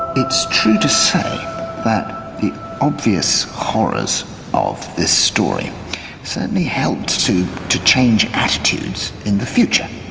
it's true to say that the obvious horrors of this story certainly helped to to change attitudes in the future.